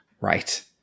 Right